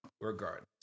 regardless